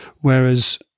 whereas